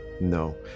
no